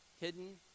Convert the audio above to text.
hidden